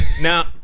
Now